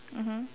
mmhmm